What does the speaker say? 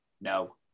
no